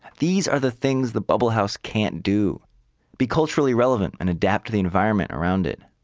these are the things the bubble house can't do be culturally relevant and adapt to the environment around it.